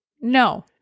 No